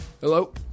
Hello